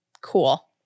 Cool